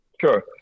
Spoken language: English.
Sure